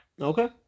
Okay